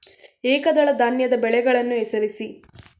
ಏಕದಳ ಧಾನ್ಯದ ಬೆಳೆಗಳನ್ನು ಹೆಸರಿಸಿ?